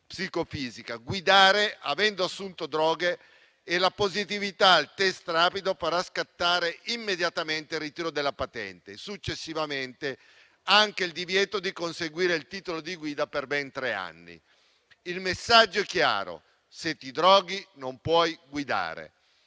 psicofisica, guidare avendo assunto droghe. E la positività al test rapido farà scattare immediatamente il ritiro della patente e successivamente anche il divieto di conseguire il titolo di guida per ben tre anni. Il messaggio è chiaro: se ti droghi, non puoi guidare.